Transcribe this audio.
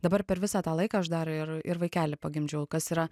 dabar per visą tą laiką aš dar ir ir vaikelį pagimdžiau kas yra